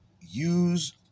use